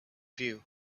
view